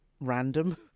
random